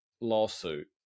lawsuit